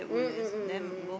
mm mm mm mm mm